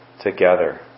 together